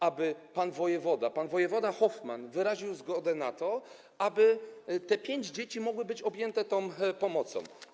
aby pan wojewoda, pan wojewoda Hoffmann wyraził zgodę na to, aby pięcioro dzieci mogło być objętych tą pomocą.